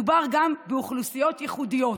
מדובר גם באוכלוסיות ייחודיות.